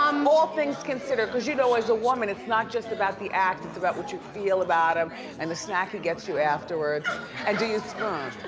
um all things considered, cause you know as a woman it's not just about the act, it's about what you feel about him and the snack he gets you afterwards, and ah do you spoon,